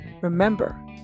Remember